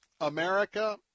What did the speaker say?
America